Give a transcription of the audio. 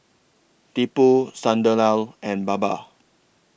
Tipu Sunderlal and Baba